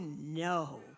no